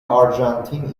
آرژانتین